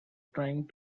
trying